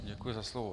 Děkuji za slovo.